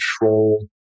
control